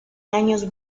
años